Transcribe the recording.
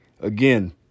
Again